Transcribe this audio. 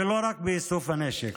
ולא רק באיסוף הנשק.